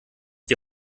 die